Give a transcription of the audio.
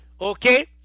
okay